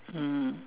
mm